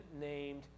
named